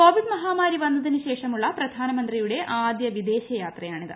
Covid മഹാമാരി വന്നതിനുശേഷമുള്ള പ്രധാനമന്ത്രിയുടെ ആദ്യ വിദേശയാത്രയാണിത്